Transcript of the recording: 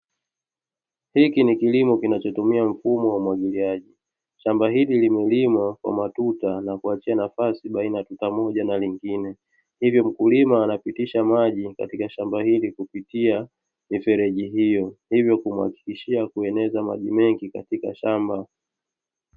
Hiki ni kilimo kinachotumia mfumo wa umwagiliaji, shamba hili limelimwa kwa matuta na kuachia nafasi baina ya tuta moja na lingine, hivyo mkulima anapitisha maji katika shamba hili kupitia mifereji hiyo, hivyo kumuhakikishia kueneza maji mengi katika shamba.